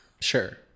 sure